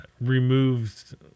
removed